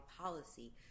policy